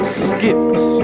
skips